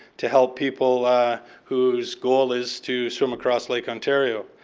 to help people whose goal is to swim across lake ontario.